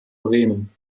bremen